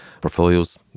portfolios